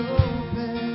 open